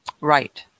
Right